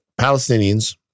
Palestinians